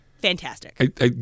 Fantastic